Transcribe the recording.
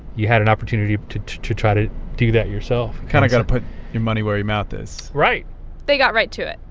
you had an opportunity to to try to do that yourself kind of got to put your money where your mouth is right they got right to it.